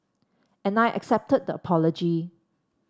and I accepted the apology